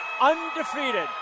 undefeated